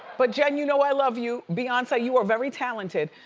but, jen, you know, i love you. beyonce, you are very talented.